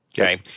okay